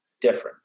different